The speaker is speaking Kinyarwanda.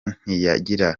ntiyagira